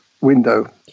window